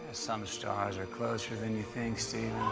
some stars are closer than you think, stephen.